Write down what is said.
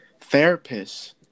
therapists